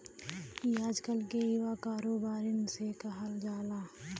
ई आजकल के युवा कारोबारिअन के कहल जाला